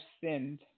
sinned